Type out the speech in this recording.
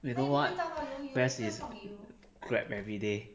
you know what best is grab everyday